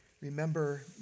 Remember